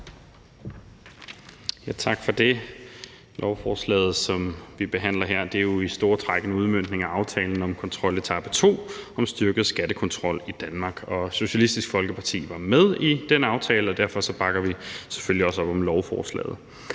Tak for det. Lovforslaget, som vi behandler her, er jo i store træk en udmøntning af aftalen om kontroletape 2 om en styrket skattekontrol i Danmark. Socialistisk Folkeparti var med i den aftale, og derfor bakker vi selvfølgelig også op om lovforslaget.